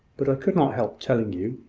but i could not help telling you.